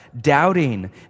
doubting